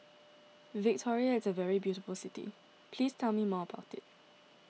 Victoria is a very beautiful city please tell me more about it